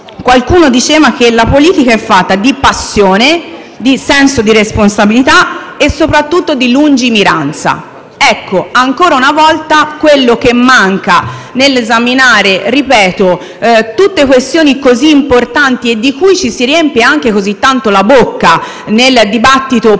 Qualcuno ha detto che la politica è fatta di passione, di senso di responsabilità e soprattutto di lungimiranza. Ecco, ancora una volta nell'esaminare - lo ripeto - argomenti così importanti e di cui ci si riempie così tanto la bocca nel dibattito politico